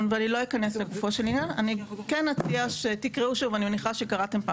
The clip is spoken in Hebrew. בוקר טוב, אני מתכבד לפתוח את הישיבה.